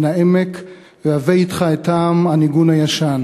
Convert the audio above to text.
מן העמק / והבא אתך את טעם הניגון הישן.